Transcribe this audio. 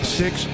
six